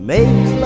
Make